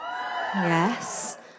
Yes